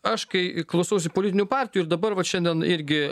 aš kai klausausi politinių partijų ir dabar vat šiandien irgi